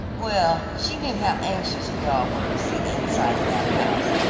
well, she knew how anxious we all were to see the inside of that house,